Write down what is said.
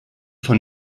von